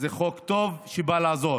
זה חוק טוב שבא לעזור.